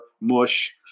Mush